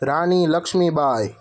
Rani Lakshmibai